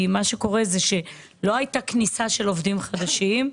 לא הייתה כניסה של עובדים חדשים,